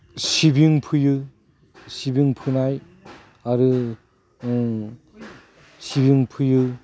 सिबिं फोयो सिबिं फोनाय आरो सिबिं फोयो